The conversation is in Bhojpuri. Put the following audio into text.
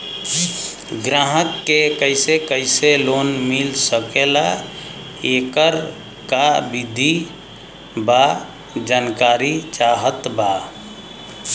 ग्राहक के कैसे कैसे लोन मिल सकेला येकर का विधि बा जानकारी चाहत बा?